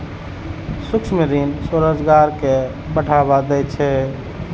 सूक्ष्म ऋण स्वरोजगार कें बढ़ावा दै छै